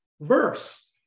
verse